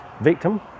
victim